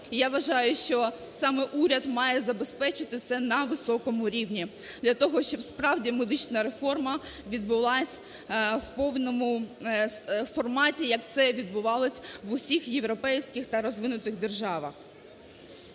я вважаю, що саме уряд має забезпечити це на високому рівні для того, щоб справді медична реформа відбулась в повному форматі, як це відбувалось в усіх європейських та розвинутих державах.